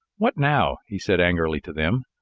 what now? he said angrily to them.